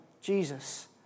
Jesus